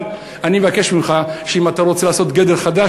אבל אני מבקש ממך שאם אתה רוצה לעשות גדר חדש,